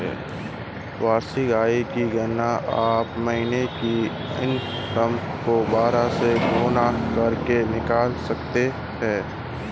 वार्षिक आय की गणना आप महीने की इनकम को बारह से गुणा करके निकाल सकते है